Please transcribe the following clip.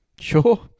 Sure